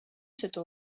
cette